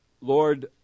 Lord